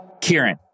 Kieran